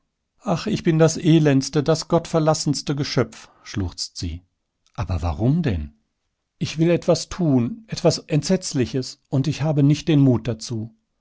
ach ich bin das elendeste das gottverlassenste geschöpf schluchzt sie aber warum denn ich will etwas tun etwas entsetzliches und ich habe nicht den mut dazu